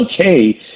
okay